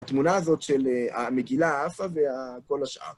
התמונה הזאת של המגילה העפה וכל השאר.